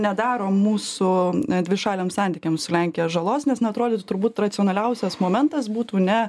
nedaro mūsų dvišaliams santykiams su lenkija žalos nes na atrodytų turbūt racionaliausias momentas būtų ne